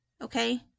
Okay